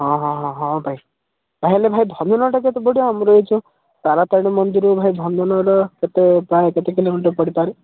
ହଁ ହଁ ହଁ ହଁ ଭାଇ ତାହେଲେ ଭାଇ ଭଞ୍ଜନଗର ଟା ତ ବଢ଼ିଆ ଆମ ରେଞ୍ଜର ତାରାତାରିଣୀ ମନ୍ଦିରରୁ ଭାଇ ଭଞ୍ଜନଗର କେତେ ପ୍ରାୟ କେତେ କିଲୋମିଟର ପଡ଼ିପାରେ